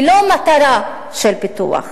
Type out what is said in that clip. ולא מטרה של פיתוח?